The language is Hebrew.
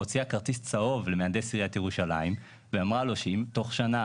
הוציאה כרטיס צהוב למהנדס עיריית ירושלים ואמרה לו שאם תוך שנה